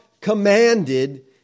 commanded